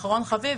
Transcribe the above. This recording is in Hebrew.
אחרון חביב.